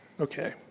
Okay